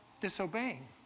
disobeying